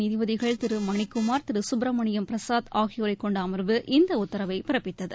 நீதிபதிகள் திரு மணிக்குமார் திரு சுப்ரமணியம் பிரசாத் ஆகியோரைக் கொண்ட அமா்வு இந்த உத்தரவை பிறப்பித்தது